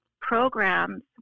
programs